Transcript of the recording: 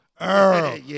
Earl